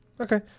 Okay